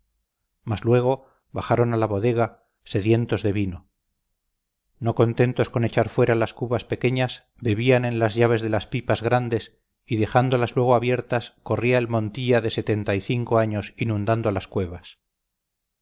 mas luego bajaron a la bodega sedientos de vino no contentos con echar fuera las cubas pequeñas bebían en las llaves de las pipas grandes y dejándolas luego abiertas corría el montilla de setenta y cinco años inundando las cuevas